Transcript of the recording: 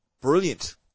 Brilliant